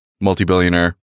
multi-billionaire